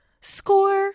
score